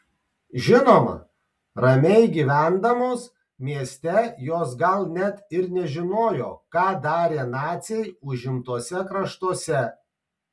žinoma ramiai gyvendamos mieste jos gal net ir nežinojo ką darė naciai užimtuose kraštuose